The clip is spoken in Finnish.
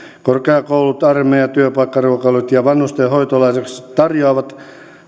korkeakoulut armeijat työpaikkaruokalat ja vanhusten hoitolaitokset tarjoavat